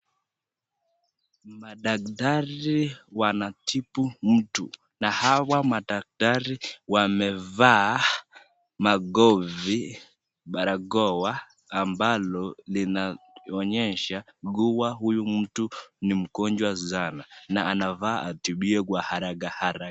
Madaktari wanatibu mtu, na hawa madaktari wamevaa magovii, barakoa ambalo linaonyesha kuwa huyu mtu ni mgonjwa sana na anafaa atibiwe kwa haraka haraka.